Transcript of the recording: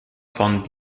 von